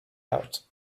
out